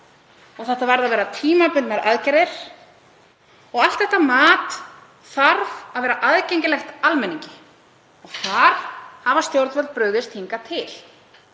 Þetta verða að vera tímabundnar aðgerðir og allt þetta mat þarf að vera aðgengilegt almenningi. Þar hafa stjórnvöld brugðist hingað til